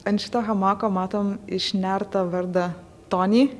ant šito hamako matom išnertą vardą tony